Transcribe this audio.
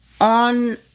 on